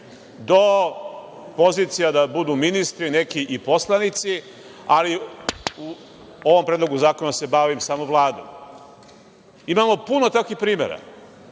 do pozicija da budu ministri, neki i poslanici, ali u ovom Predlogu zakona se bavim samo Vladom. Imamo puno takvih primera.